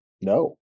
no